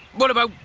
what about,